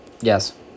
Yes